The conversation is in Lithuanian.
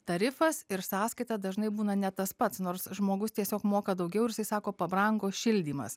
tarifas ir sąskaita dažnai būna ne tas pats nors žmogus tiesiog moka daugiau ir jisai sako pabrango šildymas